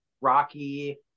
Rocky